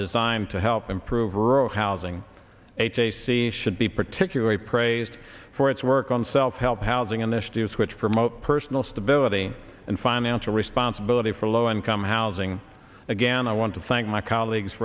designed to help improve rural housing a j c should be particularly praised for its work on self help housing initiatives which promote personal stability and financial responsibility for low income housing again i want to thank my colleagues